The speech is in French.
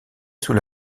sous